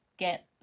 get